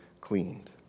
cleaned